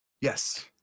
Yes